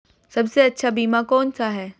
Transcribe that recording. सबसे अच्छा बीमा कौन सा है?